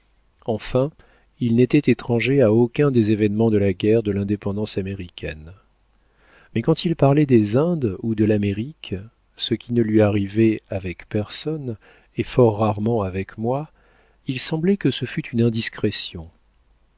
enfin il n'était étranger à aucun des événements de la guerre de l'indépendance américaine mais quand il parlait des indes ou de l'amérique ce qui ne lui arrivait avec personne et fort rarement avec moi il semblait que ce fût une indiscrétion